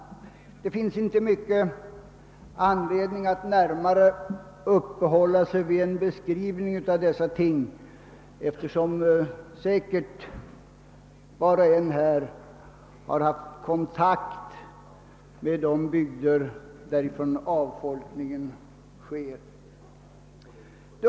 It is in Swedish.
Det är inte stor anledning för mig att närmare uppehålla mig vid en beskrivning av dessa ting, eftersom säkerligen alla här har haft kontakt med människor i avfolkningsbygder.